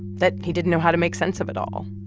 that he didn't know how to make sense of it all.